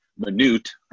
minute